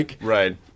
Right